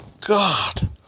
God